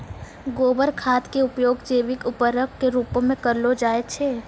गोबर खाद के उपयोग जैविक उर्वरक के रुपो मे करलो जाय छै